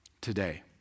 today